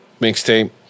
mixtape